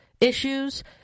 issues